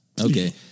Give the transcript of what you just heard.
Okay